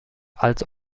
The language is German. als